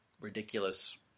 ridiculous